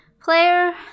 player